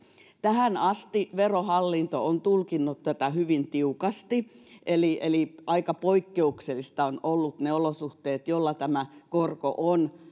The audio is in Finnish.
tähän asti verohallinto on tulkinnut tätä hyvin tiukasti eli eli aika poikkeuksellisia ovat olleet ne olosuhteet joilla korko on